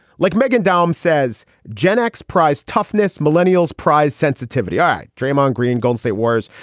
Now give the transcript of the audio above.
like meghan daum says gen x prize toughness, millennials prize sensitivity i draymond green gonna say words.